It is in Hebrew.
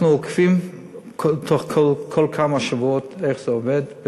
אנחנו עוקבים כל כמה שבועות איך זה עובד.